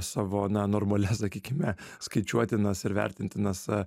savo na normalias sakykime skaičiuotinas ir vertintinas